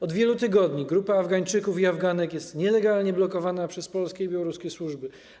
Od wielu tygodni grupa Afgańczyków i Afganek jest nielegalnie blokowana przez polskie i białoruskie służby.